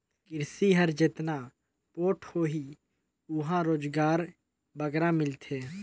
किरसी हर जेतना पोठ होही उहां रोजगार बगरा मिलथे